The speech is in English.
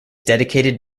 dedicated